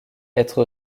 être